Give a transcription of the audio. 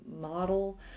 model